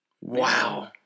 Wow